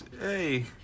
hey